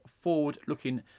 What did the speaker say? forward-looking